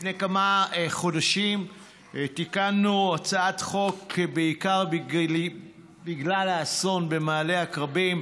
לפני כמה חודשים תיקנו הצעת חוק בעיקר בגלל האסון במעלה עקרבים,